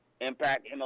Impact